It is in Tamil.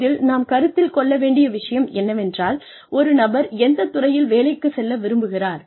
இதில் நாம் கருத்தில் கொள்ள வேண்டிய விஷயம் என்னவென்றால் ஒரு நபர் எந்தத் துறையில் வேலைக்குச் செல்ல விரும்புகிறார்